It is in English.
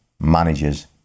managers